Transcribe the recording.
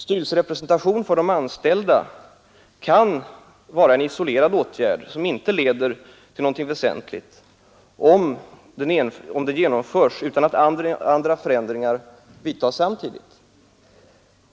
Styrelserepresentation för de anställda kan vara en isolerad åtgärd som inte leder till någonting väsentligt om den genomförs utan att andra förändringar vidtas samtidigt.